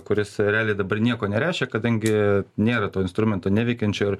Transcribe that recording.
kuris realiai dabar nieko nereiškia kadangi nėra to instrumento neveikiančio ir